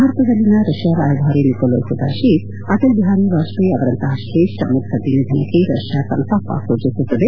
ಭಾರತದಲ್ಲಿನ ರಷ್ಯಾ ರಾಯಭಾರಿ Nikolay Kudashev Atal Bihari Vajpayee ಅವರಂತಹ ಶ್ರೇಷ್ಠ ಮುತ್ತದ್ದಿ ನಿಧನಕ್ಕೆ ರಷ್ಯಾ ಸಂತಾಪ ಸೂಚಿಸುತ್ತದೆ